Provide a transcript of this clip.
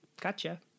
Gotcha